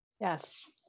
Yes